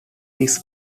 his